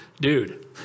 Dude